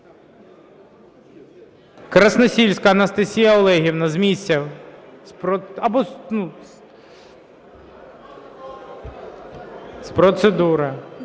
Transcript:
Красносільська Анастасія Олегівна з місця. З процедури.